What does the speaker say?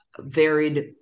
varied